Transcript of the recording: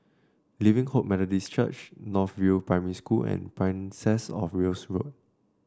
Living Hope Methodist Church North View Primary School and Princess Of Wales Road